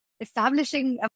establishing